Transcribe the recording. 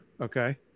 Okay